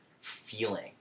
feeling